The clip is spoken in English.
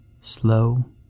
Slow